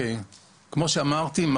כמו שאמרתי,